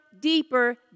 deeper